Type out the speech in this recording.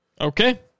Okay